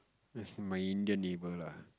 with my Indian neighbor lah